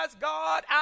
God